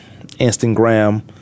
Instagram